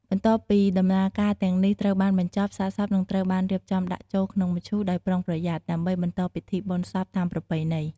បន្ទាប់ពីដំណើរការទាំងនេះត្រូវបានបញ្ចប់ សាកសពនឹងត្រូវបានរៀបចំដាក់ចូលទៅក្នុងមឈូសដោយប្រុងប្រយ័ត្ន ដើម្បីបន្តពិធីបុណ្យសពតាមប្រពៃណី។